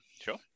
Sure